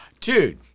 Dude